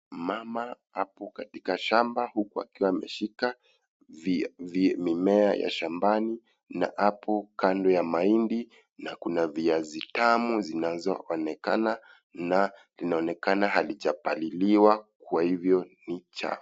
Mama ako katika shamba huku akiwa ameshika mimea ya shambani na hapo kando ya mahindi na kuna viazi tamu zinazoonekana na inaonekana halijapaliliwa kwa hivyo ni cha .